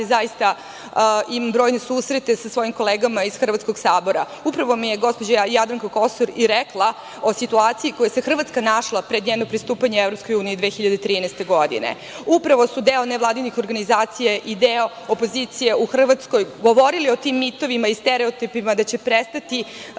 zaista imam brojne susrete sa svojim kolegama iz hrvatskog Sabora, upravo mi je gospođa Jadranka Kosor i rekla o situaciji u kojoj se Hrvatska našla pred njeno pristupanje u EU 2013. godine. Upravo su deo nevladinih organizacija i deo opozicije u Hrvatskoj govorili o tim mitovima i stereotipima, da će prestati